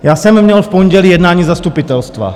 Já jsem měl v pondělí jednání zastupitelstva.